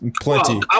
plenty